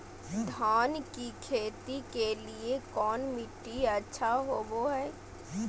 धान की खेती के लिए कौन मिट्टी अच्छा होबो है?